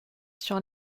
sur